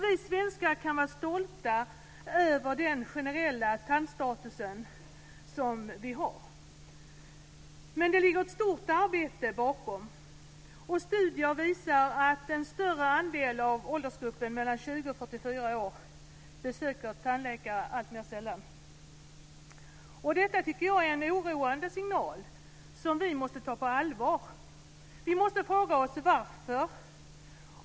Vi svenskar kan vara stolta över den generella tandstatus som vi har, men det ligger ett stort arbete bakom den. Studier visar att en större andel av dem i åldersgruppen 20 44 år besöker tandläkare alltmer sällan. Det tycker jag är en oroande signal som vi måste ta på allvar. Vi måste fråga oss varför.